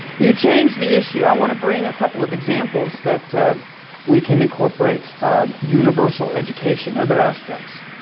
you change the issue. i want to bring a couple of examples that we can incorporate universal education, other aspects.